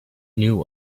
knew